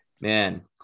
man